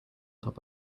top